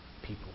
people